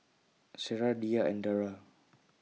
Sarah Dhia and Dara